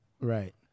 Right